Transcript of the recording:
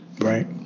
Right